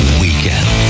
weekend